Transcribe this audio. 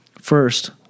First